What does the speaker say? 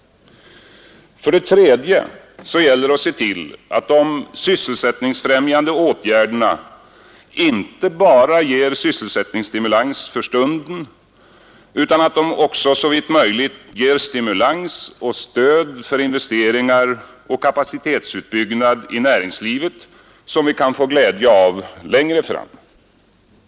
För det tredje gäller det att se till att de sysselsättningsfrämjande åtgärderna inte bara ger sysselsättningsstimulans för stunden utan att de också såvitt möjligt ger stimulans och stöd för investeringar och kapacitetsutbyggnad i näringslivet, som vi kan få glädje av längre fram.